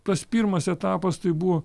tas pirmas etapas tai buvo